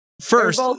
first